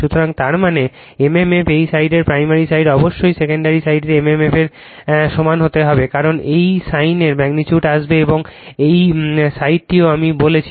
সুতরাং তার মানে mmf এই সাইডের প্রাইমারি সাইড অবশ্যই সেকেন্ডারি সাইডের mmf এর সমান হতে হবে কারণ এই সাইনের ম্যাগনিটিউড আসবে এবং এই সাইডটিও আমি বলেছি